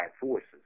forces